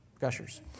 Gushers